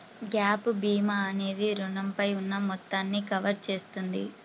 gap భీమా అనేది రుణంపై ఉన్న మొత్తాన్ని కవర్ చేస్తుంది